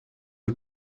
who